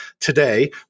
today